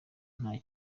nta